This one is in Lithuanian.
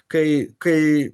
kai kai